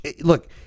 look